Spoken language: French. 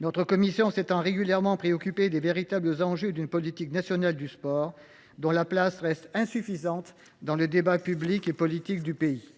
notre commission de la culture s’est régulièrement préoccupée des véritables enjeux d’une politique nationale du sport, dont la place reste insuffisante dans le débat public et politique du pays.